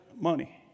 money